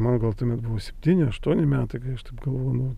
man gal tuomet buvo septyni aštuoni metai kai aš taip galvoju nu